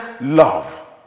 love